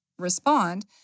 respond